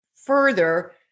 further